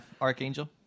Archangel